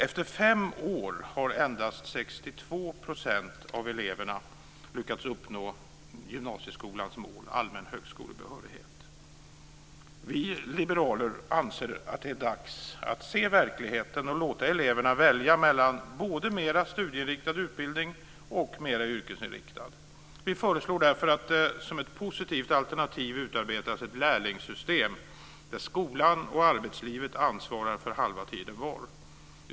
Efter fem år har endast Vi liberaler anser att det är dags att se verkligheten och låta eleverna välja mellan både mer studieinriktad utbildning och mer yrkesinriktad. Vi föreslår därför att det som ett positivt alternativ utarbetas ett lärlingssystem där skolan och arbetslivet ansvarar för halva tiden var.